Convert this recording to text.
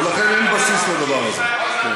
ולכן, אין בסיס לדבר הזה.